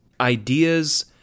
ideas